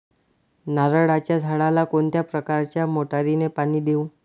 नारळाच्या झाडाला कोणत्या प्रकारच्या मोटारीने पाणी देऊ?